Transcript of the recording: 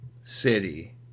city